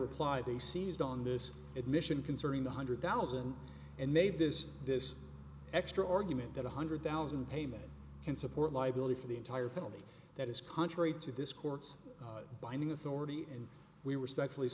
reply they seized on this admission concerning the hundred thousand and made this this extra argument that one hundred thousand payment can support liability for the entire penalty that is contrary to this court's binding authority and we